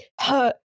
hurt